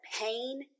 pain